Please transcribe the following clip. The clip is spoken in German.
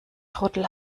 trottel